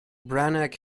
branagh